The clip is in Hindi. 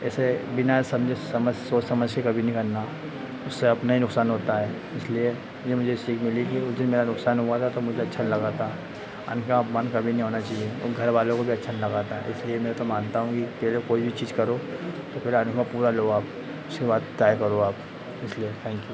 ऐसे बिना समझे समझ सोच समझ के कभी नहीं करना उससे अपना ही नुकसान होता है इसलिए यह मुझे सीख मिली थी कि उस दिन मेरा नुकसान हुआ था तो मुझे अच्छा नहीं लगा था अन्न का अपमान कभी नहीं होना चहिए और घर वालों को भी अच्छा नहीं लगा था इसलिए मैं तो मानता हूँ कि पहले कोई भी चीज़ करो तो पहले अनुभव पूरा लो आप उसके बाद तय करो आप इसलिए थैंक यू